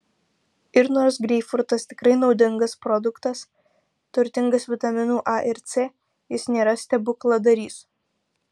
ir nors greipfrutas tikrai naudingas produktas turtingas vitaminų a ir c jis nėra stebukladarys